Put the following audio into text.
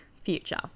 future